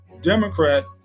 Democrat